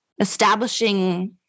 establishing